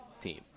team